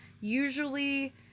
usually